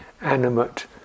animate